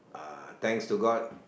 uh thanks to god